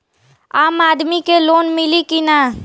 आम आदमी के लोन मिली कि ना?